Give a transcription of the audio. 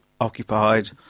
occupied